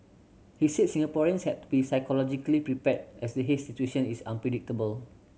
he said Singaporeans had to be psychologically prepared as the haze situation is unpredictable